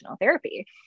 therapy